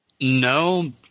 No